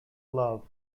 love